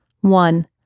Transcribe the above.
One